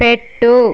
పెట్టు